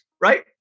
right